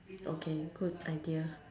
okay good idea